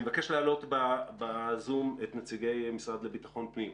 אני מבקש להעלות בזום את נציגי המשרד לביטחון הפנים.